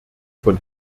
von